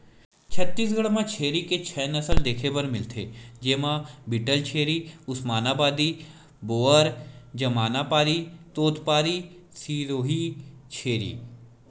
छत्तीसगढ़ म छेरी के छै नसल देखे बर मिलथे, जेमा बीटलछेरी, उस्मानाबादी, बोअर, जमनापारी, तोतपारी, सिरोही छेरी